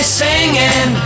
singing